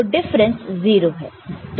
तो डिफरेंस 0 है